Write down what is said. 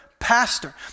pastor